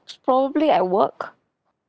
probably at work